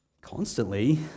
constantly